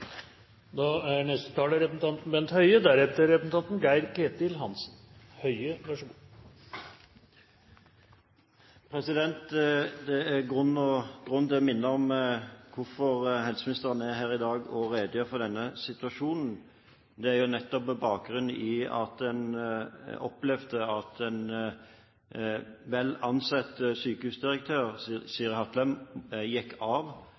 Det er grunn til å minne om hvorfor helseministeren er her i dag og redegjør for denne situasjonen. Det er nettopp med bakgrunn i at en vel ansett sykehusdirektør, Siri Hatlen, gikk av